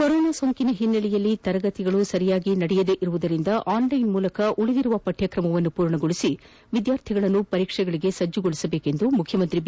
corona ಸೋಂಕಿನ ಹಿನ್ನೆಲೆಯಲ್ಲಿ ತರಗತಿಗಳು ಸರಿಯಾಗಿ ನಡೆಯದಿರುವುದರಿಂದ ಆನ್ಲೈನ್ ಮೂಲಕ ಉಳಿದಿರುವ ಪಠ್ವಕ್ತಮವನ್ನು ಪೂರ್ಣಗೊಳಿಸಿ ವಿದ್ಯಾರ್ಥಿಗಳನ್ನು ಪರೀಕ್ಷೆಗಳಿಗೆ ಸಜ್ಜಗೊಳಿಸಬೇಕೆಂದು ಮುಖ್ಯಮಂತ್ರಿ ಬಿ